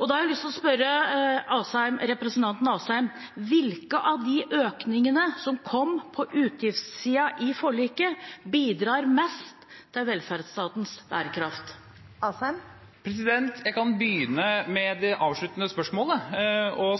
Og da har jeg lyst til å spørre representanten Asheim: Hvilke av de økningene som kom på utgiftssiden i forliket, bidrar mest til velferdsstatens bærekraft? Jeg kan begynne med det avsluttende spørsmålet.